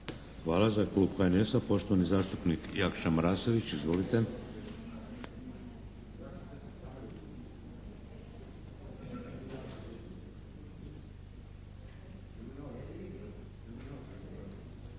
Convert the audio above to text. Hvala. Za Klub HNS-a poštovani zastupnik Jakša Marasović. Izvolite.